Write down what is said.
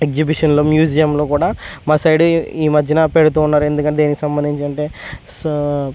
ఎగ్జిబిషన్లో మ్యూజియంలో కూడా మా సైడు ఈ మధ్య పెడుతూ ఉన్నారు ఎందుకంటే దేనికి సంబంధించి అంటే సా